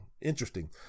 interesting